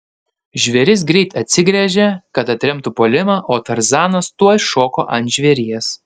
žvėris greit atsigręžė kad atremtų puolimą o tarzanas tuoj šoko ant žvėries